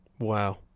Wow